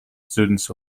students